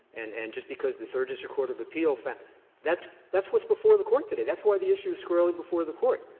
and and just because the third district court of appeal found that's that's what's before the court today. that's why the issue is squarely before the court.